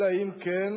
אלא אם כן: